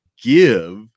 give